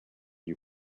you